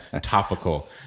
topical